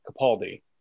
Capaldi